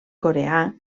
coreà